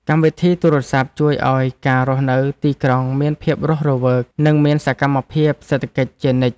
កម្មវិធីទូរសព្ទជួយឱ្យការរស់នៅទីក្រុងមានភាពរស់រវើក និងមានសកម្មភាពសេដ្ឋកិច្ចជានិច្ច។